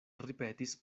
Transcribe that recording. ripetis